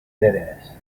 tatters